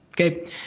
okay